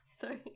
Sorry